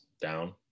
down